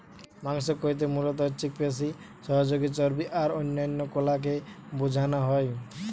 মাংস কইতে মুলত ঐছিক পেশি, সহযোগী চর্বী আর অন্যান্য কলাকে বুঝানা হয়